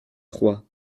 trois